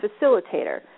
facilitator